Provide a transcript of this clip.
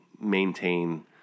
maintain